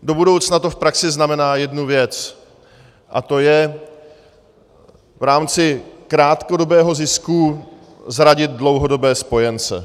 Do budoucna to v praxi znamená jednu věc a to je v rámci krátkodobého zisku zradit dlouhodobé spojence.